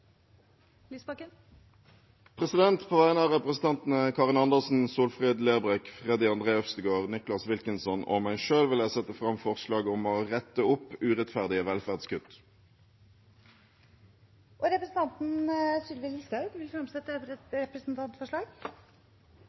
På vegne av stortingsrepresentantene Solfrid Lerbrekk, Karin Andersen, Freddy André Øvstegård, Nicholas Wilkinson og meg selv vil jeg sette fram forslag om å rette opp urettferdige velferdskutt. Representanten Sylvi Listhaug vil fremsette et representantforslag.